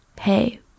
hey